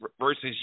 versus